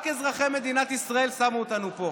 רק אזרחי מדינת ישראל שמו אותנו פה.